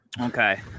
Okay